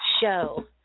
show